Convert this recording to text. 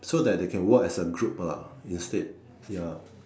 so that they can work as a group lah instead ya